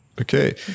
Okay